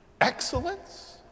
excellence